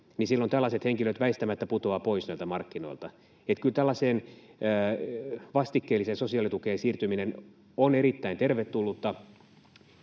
silloin tällaiset henkilöt väistämättä putoavat pois näiltä markkinoilta. Kyllä tällaiseen vastikkeelliseen sosiaalitukeen siirtyminen on erittäin tervetullutta,